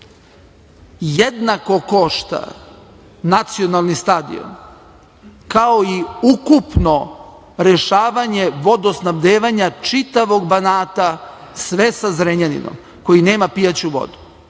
Jednako košta nacionalni stadion kao i ukupno rešavanje vodosnabdevanja čitavog Banata, sve sa Zrenjaninom, koji nema pijaću vodu.